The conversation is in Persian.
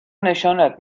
نشانت